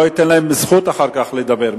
לא אתן להם אחר כך זכות לדבר,